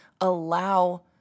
allow